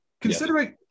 Considering